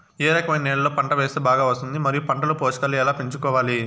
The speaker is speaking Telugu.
ఏ రకమైన నేలలో పంట వేస్తే బాగా వస్తుంది? మరియు పంట లో పోషకాలు ఎలా పెంచుకోవాలి?